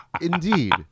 Indeed